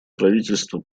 правительство